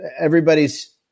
Everybody's